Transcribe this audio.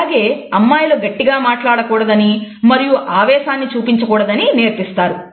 అలాగే అమ్మాయిలు గట్టిగా మాట్లాడకూడదని మరియు ఆవేశాన్ని చూపించకూడదని నేర్పిస్తారు